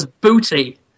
booty